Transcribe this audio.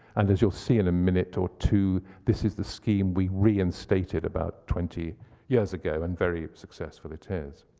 and as you'll see in a minute or two, this is the scheme we reinstated about twenty years ago, and very successful it is.